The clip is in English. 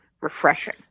refreshing